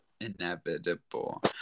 inevitable